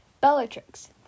Bellatrix